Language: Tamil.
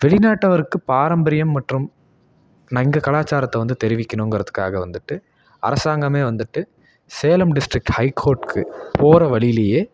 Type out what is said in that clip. வெளிநாட்டவருக்கு பாரம்பரியம் மற்றும் நான் எங்கள் கலாச்சாரத்தை வந்து தெரிவிக்கணுங்கிறதுக்காக வந்துட்டு அரசாங்கமே வந்துட்டு சேலம் டிஸ்டிரிக்ட் ஹை கோர்ட்க்கு போகிற வழியிலையே